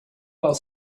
while